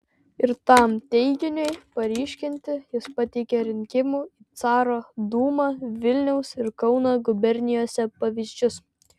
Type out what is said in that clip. ir tam teiginiui paryškinti jis pateikė rinkimų į caro dūmą vilniaus ir kauno gubernijose pavyzdžius